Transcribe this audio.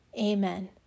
Amen